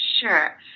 Sure